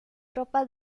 ropa